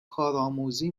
کارآموزی